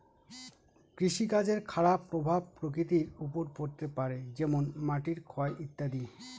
কৃষিকাজের খারাপ প্রভাব প্রকৃতির ওপর পড়তে পারে যেমন মাটির ক্ষয় ইত্যাদি